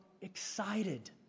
excited